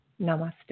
Namaste